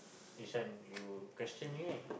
this one you question me right